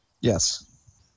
Yes